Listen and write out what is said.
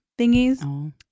thingies